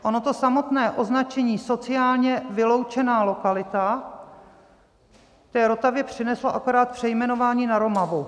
Ono to samotné označení sociálně vyloučená lokalita Rotavě přinesla akorát přejmenování na Romavu.